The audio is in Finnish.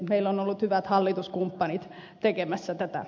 meillä on ollut hyvät hallituskumppanit tekemässä tätä